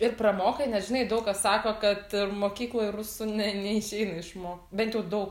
ir pramokai nes žinai daug kas sako kad mokykloj rusų ne neišeina išmo bent jau daug